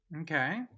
Okay